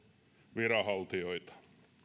viranhaltijoita